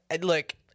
Look